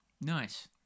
Nice